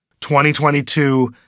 2022